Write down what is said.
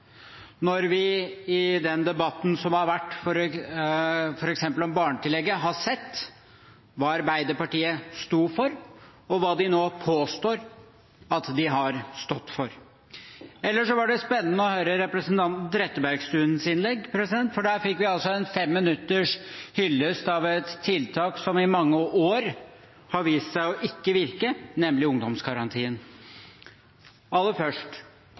når vi under den debatten som har vært, f.eks. om barnetillegget, har sett hva Arbeiderpartiet sto for, og hva de nå påstår at de har stått for. Ellers var det spennende å høre representanten Trettebergstuens innlegg. Der fikk vi en fem minutters hyllest av et tiltak som i mange år har vist seg ikke å virke, nemlig ungdomsgarantien. Aller først: